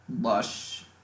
lush